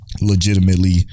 legitimately